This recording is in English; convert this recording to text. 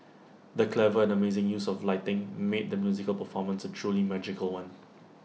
the clever and amazing use of lighting made the musical performance A truly magical one